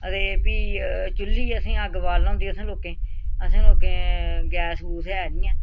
ते फ्ही चुल्ली असें अग्ग बालना होंदी असें लोकें असें लोकें गैस गूस ऐ नी ऐ